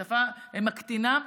לשפה מקטינה,